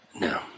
No